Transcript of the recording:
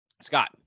Scott